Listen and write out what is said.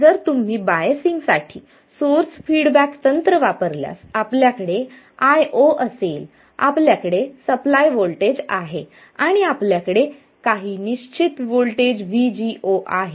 जर तुम्ही बायसिंगसाठी सोर्स फीडबॅक तंत्र वापरल्यास आपल्याकडे IO असेल आपल्याकडे सप्लाय व्होल्टेज आहे आणि आपल्याकडे काही निश्चित व्होल्टेज VGO आहे